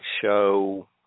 show